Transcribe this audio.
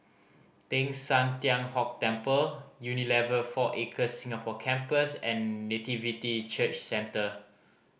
Teng San Tian Hock Temple Unilever Four Acres Singapore Campus and Nativity Church Centre